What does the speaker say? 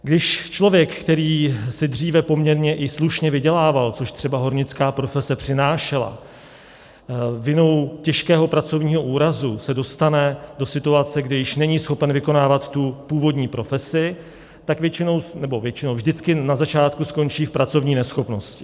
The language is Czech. Když člověk, který si dříve poměrně i slušně vydělával, což třeba hornická profese přinášela, vinou těžkého pracovního úrazu se dostane do situace, kdy již není schopen vykonávat tu původní profesi, tak vždycky na začátku skončí v pracovní neschopnosti.